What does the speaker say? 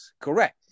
Correct